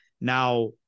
Now